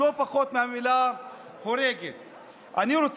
לא פחות מהמילה "הורגת".